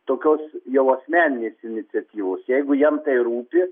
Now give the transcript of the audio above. tokios jau asmeninės iniciatyvos jeigu jam tai rūpi